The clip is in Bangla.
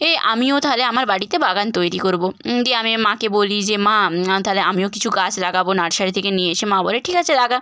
এ আমিও তাহলে আমার বাড়িতে বাগান তৈরি করব দিয়ে আমি মাকে বলি যে মা তাহলে আমিও কিছু গাছ লাগাব নার্সারি থেকে নিয়ে এসে মা বলে ঠিক আছে লাগা